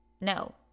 no